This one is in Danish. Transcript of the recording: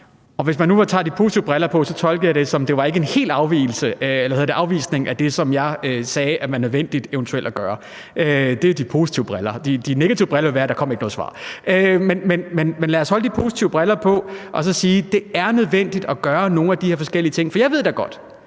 Hvis man nu tager de positive briller på, tolker jeg det, som om det ikke var en hel afvisning af det, som jeg sagde var nødvendigt eventuelt at gøre. Det er set med de positive briller på. Med de negative briller på ville det være, at der ikke kom noget svar. Men lad os beholde de positive briller på og sige, at det er nødvendigt at gøre nogle af de her forskellige ting. Jeg ved da godt